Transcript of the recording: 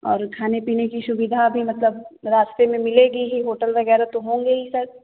और खाने पीने की सुविधा भी मतलब रास्ते में मिलेगी ही होटल वगैरह तो होंगे ही सर